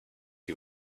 you